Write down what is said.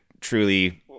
truly